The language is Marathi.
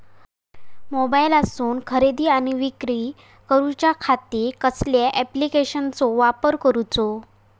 मोबाईलातसून खरेदी आणि विक्री करूच्या खाती कसल्या ॲप्लिकेशनाचो वापर करूचो?